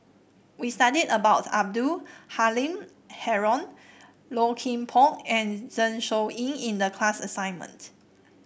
we studied about Abdul Halim Haron Low Kim Pong and Zeng Shouyin in the class assignment